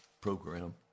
program